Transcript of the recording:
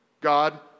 God